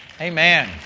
Amen